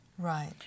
Right